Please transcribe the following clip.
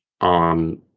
on